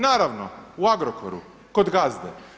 Naravno u Agrokoru kod gazde.